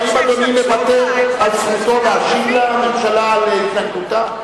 האם אדוני מוותר על זכותו להשיב לממשלה על התנגדותה?